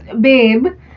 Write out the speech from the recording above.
babe